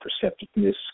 perceptiveness